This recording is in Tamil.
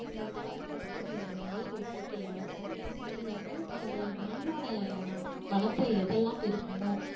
இந்த தாவரங்கள் வந்து நல்ல உற்பத்தி ஆகும் அதுவும் இல்லாமல் அது மண்ணோடய வளத்தை எதெல்லாம் பெருக்குமோ